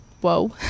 whoa